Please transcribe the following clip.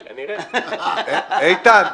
איתן,